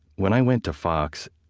when i went to fox,